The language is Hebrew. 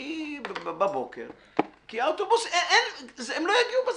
כי הם לא יגיעו בזמן.